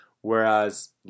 whereas